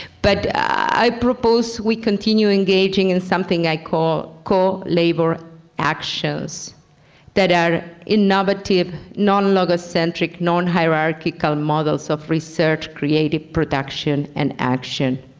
but i propose we continue engaging in something i call co-labor actions that are innovative, nonlogocentric, nonhierarchical models of research creative production and action.